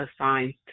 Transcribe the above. assigned